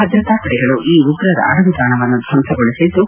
ಭದ್ರತಾ ಪಡೆಗಳು ಈ ಉಗ್ರರ ಅಡಗುದಾಣವನ್ನು ಧ್ವಂಸಗೊಳಿಸಿದ್ದು